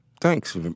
thanks